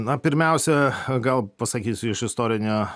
na pirmiausia gal pasakysiu iš istorinio